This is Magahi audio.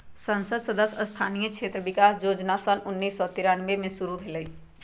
संसद सदस्य स्थानीय क्षेत्र विकास जोजना सन उन्नीस सौ तिरानमें में शुरु भेलई